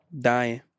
Dying